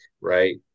right